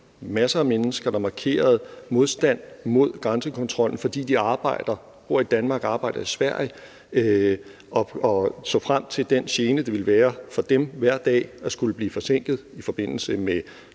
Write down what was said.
masser af mennesker, der markerede modstand mod grænsekontrol, fordi de bor i Danmark og arbejder i Sverige og kunne se frem mod den gene, det ville være for dem hver dag at skulle blive forsinket i forbindelse med